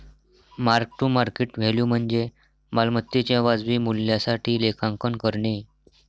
mark to market value म्हणजे मालमत्तेच्या वाजवी मूल्यासाठी लेखांकन करणे